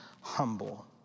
humble